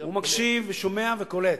וגם קולט.